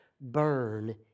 burn